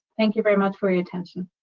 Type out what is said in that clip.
thank you very much for your attention.